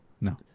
No